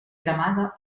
cremada